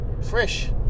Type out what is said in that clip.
Fresh